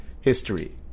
history